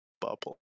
bubble